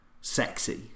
sexy